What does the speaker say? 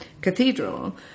cathedral